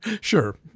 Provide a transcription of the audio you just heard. Sure